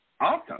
Awesome